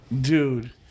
Dude